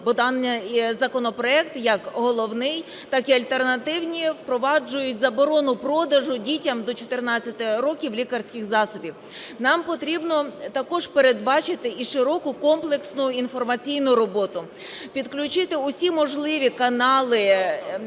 Бо даний законопроект, як головний, так і альтернативні, впроваджують заборону продажу дітям до 14 років лікарських засобів. Нам потрібно також передбачити і широку комплексну інформаційну роботу. Підключити усі можливі канали